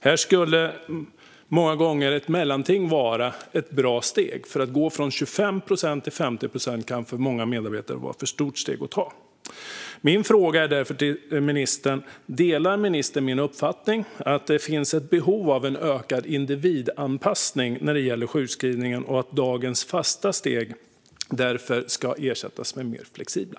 Här skulle många gånger ett mellanting vara ett bra steg, för att gå från 25 procent till 50 procent kan för många medarbetare vara ett för stort steg att ta. Min fråga till ministern är därför: Delar ministern min uppfattning att det finns ett behov av en ökad individanpassning när det gäller sjukskrivningen och att dagens fasta steg därför ska ersättas med mer flexibla?